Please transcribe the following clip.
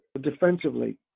Defensively